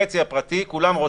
בחצי הפרטי כולם רוצים,